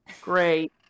Great